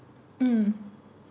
mm